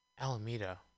alameda